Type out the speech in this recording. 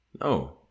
no